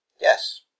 Yes